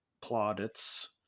plaudits